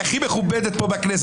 היא הכי מכובדת פה בכנסת,